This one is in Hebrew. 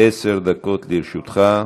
עשר דקות לרשותך.